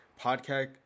podcast